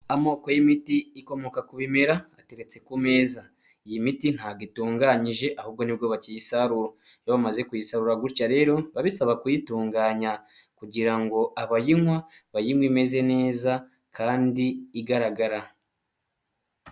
Amoko y'imiti ikomoka ku bimera ateretse ku meza ,iyi miti ntago itunganyije ahubwo nibwo bakiyisaru iyo bamaze kuyisarura gutyo rero babisaba kuyitunganya kugira ngo abayinywa bayinywe imeze neza kandi igaragara.